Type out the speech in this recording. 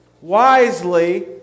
wisely